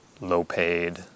low-paid